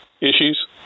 issues